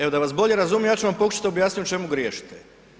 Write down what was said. Evo da vas bolje razumijem, ja ću vam pokušati objasniti u čemu griješite.